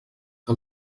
que